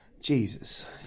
Jesus